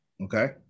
Okay